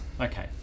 Okay